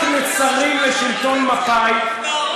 רק נצרים לשלטון מפא"י, ברור.